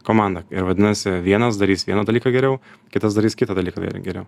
komanda ir vadinasi vienas darys vieną dalyką geriau kitas darys kitą dalyką geriau